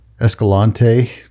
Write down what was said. Escalante